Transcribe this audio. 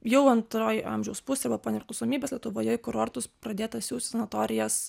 jau antroj amžiaus pusėj arba po nepriklausomybės lietuvoje į kurortus pradėta siųst į sanatorijas